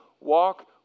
walk